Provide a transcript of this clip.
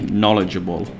knowledgeable